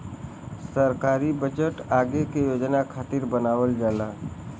सरकारी बजट आगे के योजना खातिर बनावल जाला